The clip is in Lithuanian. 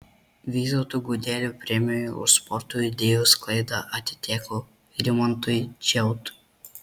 vytauto gudelio premija už sporto idėjų sklaidą atiteko rimantui džiautui